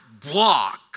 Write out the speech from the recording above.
block